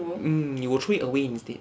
mm you will throw it away instead